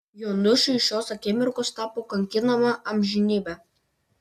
jonušui šios akimirkos tapo kankinama amžinybe